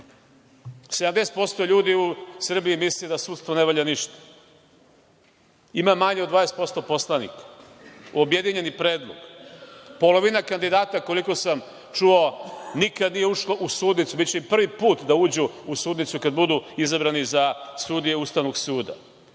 ljudi u Srbiji misli da sudstvo ne valja ništa. Ima manje od 20% poslanika, objedinjeni predlog, polovina kandidata koliko sam čuo nikada nije ušlo u sudnicu, biće i prvi put da uđu u sudnicu kada budu izabrani za sudije Ustavnog suda.Zašto